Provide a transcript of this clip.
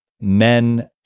men